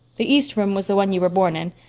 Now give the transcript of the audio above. the east room was the one you were born in.